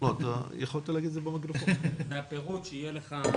מה סך הכול?